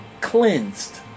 cleansed